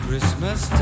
Christmas